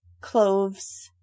cloves